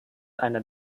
einer